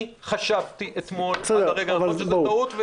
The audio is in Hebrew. אני חשבתי אתמול עד הרגע האחרון שזו טעות ו